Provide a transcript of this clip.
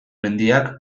mendiak